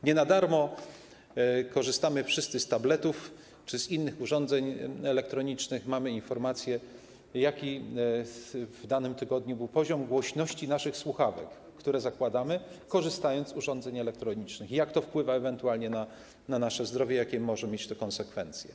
Nie na darmo korzystamy wszyscy z tabletów czy innych urządzeń elektronicznych, mamy informacje, jaki w danym tygodniu był poziom głośności słuchawek, które zakładamy, korzystając z urządzeń elektronicznych, i jak to wpływa ewentualnie na nasze zdrowie, jakie może mieć to konsekwencje.